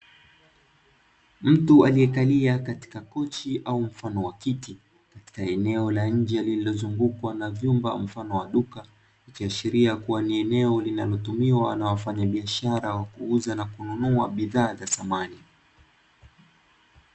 Mtu aliyekalia katika kochi au mfano wa kiti, katika eneo la nje lililozungukwa na vyumba au mfano wa duka, ikiashiria kua ni eneo linalotumiwa na wafanyabiashara wa kuuza na kununua bidhaa za samani.